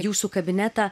jūsų kabinetą